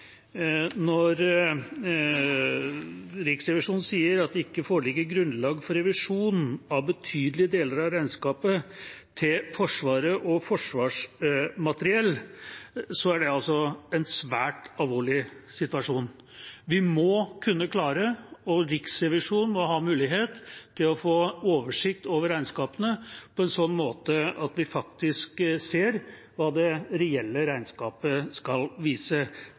når Riksrevisjonen sier at det ikke foreligger grunnlag for revisjon av betydelige deler av regnskapet til Forsvaret og Forsvarsmateriell, er det en svært alvorlig situasjon. Vi må kunne klare, og Riksrevisjonen må ha mulighet til, å få oversikt over regnskapene på en slik måte at vi faktisk ser hva det reelle regnskapet skal vise.